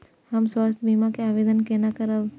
हम स्वास्थ्य बीमा के आवेदन केना करब?